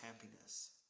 happiness